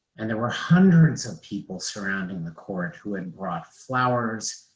and there were hundreds of people surrounding the court who had brought flowers,